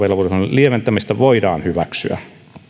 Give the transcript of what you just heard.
lieventämisestä voidaan hyväksyä